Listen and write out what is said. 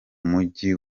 mujyi